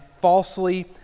falsely